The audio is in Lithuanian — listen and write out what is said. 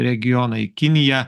regioną į kiniją